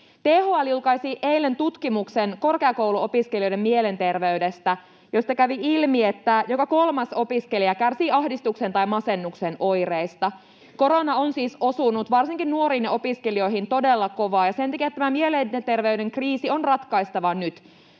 THL julkaisi eilen tutkimuksen korkeakouluopiskelijoiden mielenterveydestä, josta kävi ilmi, että joka kolmas opiskelija kärsii ahdistuksen tai masennuksen oireista. Korona on siis osunut varsinkin nuoriin ja opiskelijoihin todella kovaa, ja sen takia tämä mielenterveyden kriisi on ratkaistava nyt.